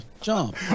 jump